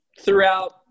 throughout